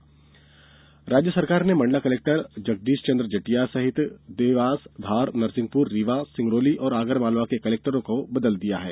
फेरबदल राज्य सरकार ने मंडला कलेक्टर जगदीश चंद्र जटिया सहित देवास धार नरसिंहपुर रीवा सिंगरौली और आगर मालवा के कलेक्टरों को बदल दिया है